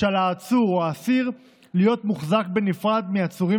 שעל העצור או האסיר להיות מוחזק בנפרד מעצורים